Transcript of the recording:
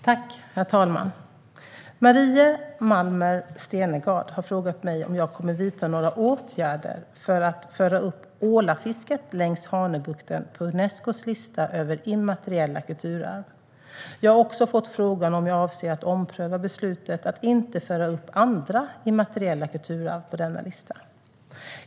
Herr talman! Maria Malmer Stenergard har frågat mig om jag kommer att vidta några åtgärder för att föra upp ålafisket längs Hanöbukten på Unescos lista över immateriella kulturarv. Jag har också fått frågan om jag avser att ompröva beslutet att inte föra upp andra immateriella kulturarv på denna lista.